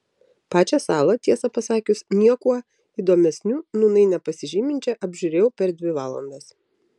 pačią salą tiesą pasakius niekuo įdomesniu nūnai nepasižyminčią apžiūrėjau per dvi valandas